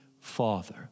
Father